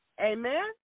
Amen